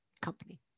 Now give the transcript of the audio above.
company